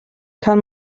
kann